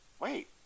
wait